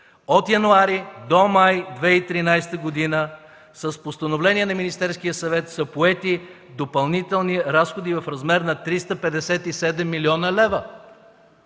от януари до май 2013 г. с постановление на Министерския съвет са поети допълнителни разходи в размер на 357 млн. лв.,